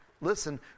Listen